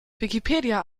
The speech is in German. wikipedia